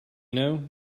know